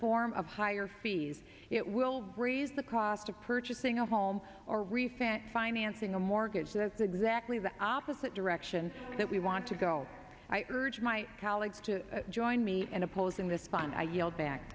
form higher fees it will raise the cost of purchasing a home or rethink financing a mortgage that's exactly the opposite direction that we want to go i urge my colleagues to join me in opposing this bond i yelled back